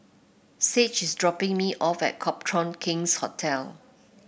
Sage is dropping me off at Copthorne King's Hotel